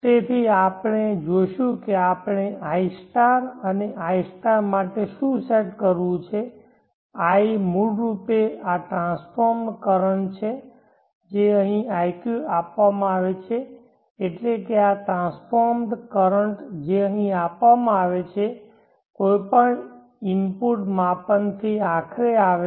તેથી આપણે જોશું કે આપણે i અને i માટે શું સેટ કરવું છે i મૂળરૂપે આ ટ્રાન્સ્ફોર્મેડ કરંટ છે જે અહીં iq આપવામાં આવે છે એટલે કે આ ટ્રાન્સ્ફોર્મેડ કરંટ જે અહીં આપવામાં આવે છે કોઈપણ ઇનપુટ માપન થી આખરે આવે છે